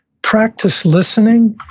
practice listening,